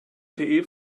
lte